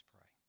pray